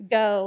go